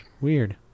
Weird